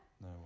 No